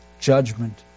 judgment